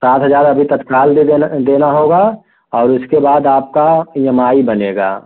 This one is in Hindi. सात हजार अभी तत्काल दे देना देना होगा और इसके बाद आपका ई एम आई बनेगा